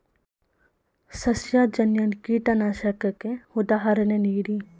ಸಸ್ಯಜನ್ಯ ಕೀಟನಾಶಕಕ್ಕೆ ಉದಾಹರಣೆ ನೀಡಿ?